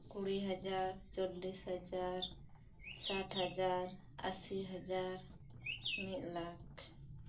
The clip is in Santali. ᱠᱩᱲᱤ ᱦᱟᱡᱟᱨ ᱪᱚᱞᱞᱤᱥ ᱦᱟᱡᱟᱨ ᱥᱟᱴ ᱦᱟᱡᱟᱨ ᱟᱥᱤ ᱦᱟᱡᱟᱨ ᱢᱤᱫ ᱞᱟᱠᱷ